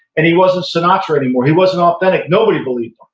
and he wasn't sinatra anymore, he wasn't authentic, nobody believed him.